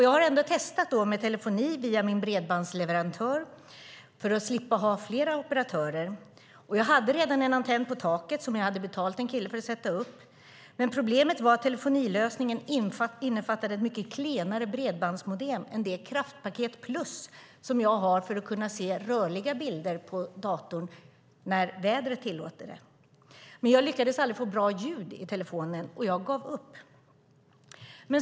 Jag har ändå testat telefoni via min bredbandsleverantör för att slippa ha flera operatörer. Jag hade redan en antenn på taket som jag hade betalat en kille för att sätta upp. Men problemet var att telefonilösningen innefattade ett mycket klenare bredbandsmodem än det kraftpaket plus som jag har för att kunna se rörliga bilder på datorn då vädret tillåter det. Jag lyckades aldrig få bra ljud i telefonen, och jag gav upp.